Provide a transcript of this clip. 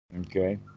okay